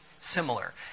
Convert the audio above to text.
similar